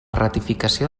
ratificació